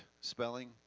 spelling